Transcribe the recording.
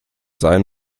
sein